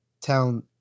town